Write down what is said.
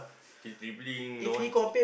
his dribbling no one